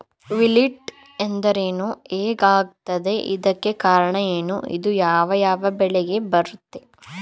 Wilting ಅಂದ್ರೇನು? ಹೆಗ್ ಆಗತ್ತೆ? ಇದಕ್ಕೆ ಕಾರಣ ಏನು? ಇದು ಯಾವ್ ಯಾವ್ ಬೆಳೆಗೆ ಬರುತ್ತೆ?